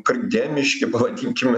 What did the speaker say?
krikdemiški pavadinkime